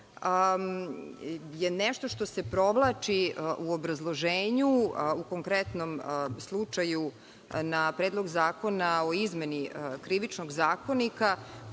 je nešto što se provlači u obrazloženju, u konkretnom slučaju na Predlog zakona o izmeni Krivičnog zakonika